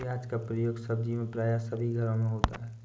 प्याज का प्रयोग सब्जी में प्राय सभी घरों में होता है